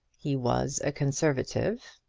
he was a conservative,